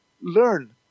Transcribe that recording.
learn